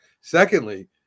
Secondly